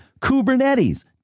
Kubernetes